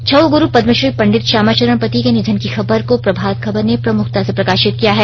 छउ ग्रु पद्मश्री पंडित श्यामा चरण पति के निधन की खबर को प्रभात खबर ने प्रमुखता से प्रकाशित किया है